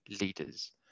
leaders